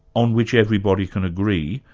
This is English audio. on which everybody can agree,